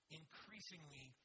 increasingly